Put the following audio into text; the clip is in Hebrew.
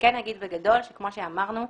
כפי שאמרנו,